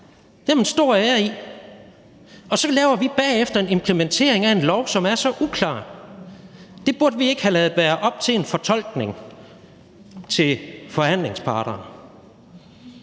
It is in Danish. Det har man en stor ære i. Så laver vi bagefter en implementering af en lov, som er så uklar. Det burde vi ikke have ladet være op til en fortolkning hos forhandlingsparterne